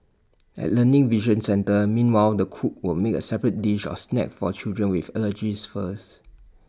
at learning vision centres meanwhile the cook will make A separate dish or snack for children with allergies first